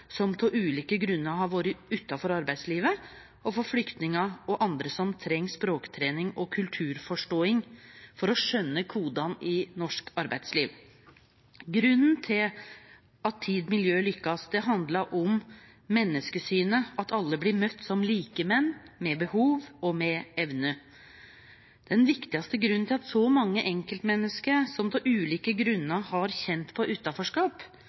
som av ulike grunnar har vore utanfor arbeidslivet, og for flyktningar og andre som treng språktrening og kulturforståing for å skjøne kodane i norsk arbeidsliv. Grunnen til at stiftinga TID lykkast, handlar om menneskesynet – at alle blir møtte som likemenn, med behov og med evner. Den viktigaste grunnen til at så mange enkeltmenneske som av ulike grunnar har kjent på utanforskap,